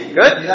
good